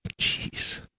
Jeez